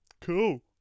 Cool